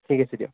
ঠিক আছে দিয়ক